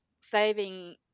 saving